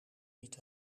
niet